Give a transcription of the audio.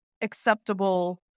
acceptable